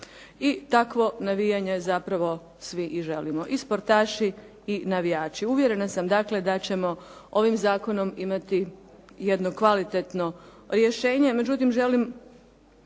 I takvo navijanje zapravo svi i želimo i sportaši i navijači. Uvjerena sam dakle da ćemo ovim zakonom imati jedno kvalitetno rješenje. Međutim, želim